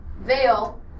veil